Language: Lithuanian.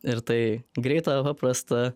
ir tai greita paprasta